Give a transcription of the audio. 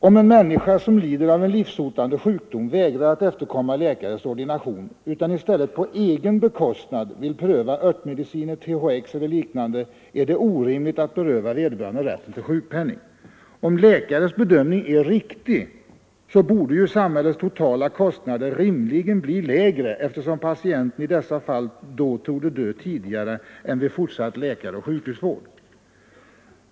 Om en människa, som lider av en livshotande sjukdom, vägrar efterkomma läkares ordination och i stället på egen bekostnad vill pröva örtmediciner, THX och liknande, är det orimligt att beröva vederbörande rätten till sjukpenning. Om läkarens bedömning är riktig, borde ju 19 samhällets totala kostnader rimligen bli lägre, eftersom patienten i dessa fall torde dö tidigare än vid fortsatt läkaroch sjukhusvård.